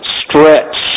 stretch